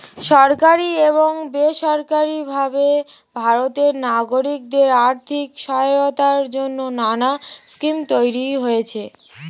সরকারি এবং বেসরকারি ভাবে ভারতের নাগরিকদের আর্থিক সহায়তার জন্যে নানা স্কিম তৈরি হয়েছে